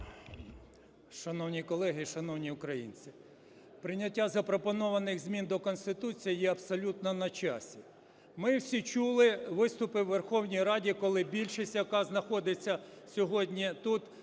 Шановні колеги і шановні українці! Прийняття запропонованих змін до Конституції є абсолютно на часі. Ми всі чули виступи у Верховній Раді, коли більшість, яка знаходиться сьогодні тут,